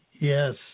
Yes